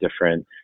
different